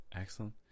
excellent